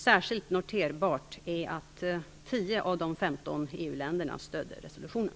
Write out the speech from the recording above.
Särskilt noterbart är att 10 av 15 EU-länder stödde resolutionen.